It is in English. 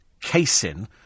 casein